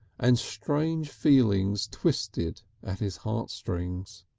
and strange feelings twisted at his heartstrings.